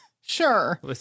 Sure